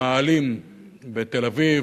במאהלים בתל-אביב,